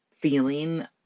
feeling